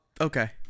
okay